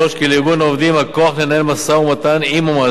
כי לארגון העובדים הכוח לנהל משא-ומתן עם המעסיק